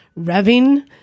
revving